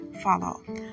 follow